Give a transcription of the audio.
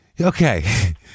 okay